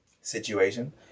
situation